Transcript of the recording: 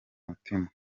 mutima